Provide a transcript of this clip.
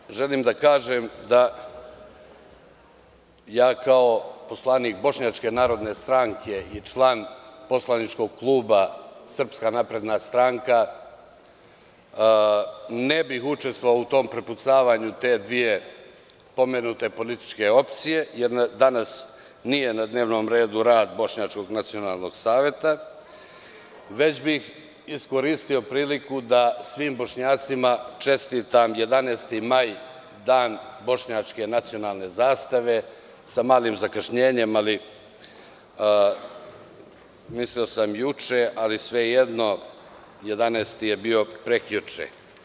Zbog toga želim da kažem da ja kao poslanik Bošnjačke narodne stranke i član poslaničkog kluba SNS ne bih učestvovao u tom prepucavanju te dvepomenute političke opcije, jer danas nije na dnevnom redu rad Bošnjačkog nacionalnog saveta, već bih iskoristio priliku da svim Bošnjacima čestitam 11. maj, dan Bošnjačke nacionalne zastave, sa malim zakašnjenjem, ali mislio sam juče, ali svejedno, 11 je bio prekjuče.